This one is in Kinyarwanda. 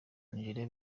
nigeria